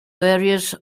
various